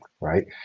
right